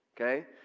Okay